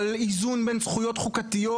על איזון בין זכויות חוקתיות